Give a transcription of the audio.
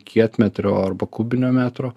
kietmetrio arba kubinio metro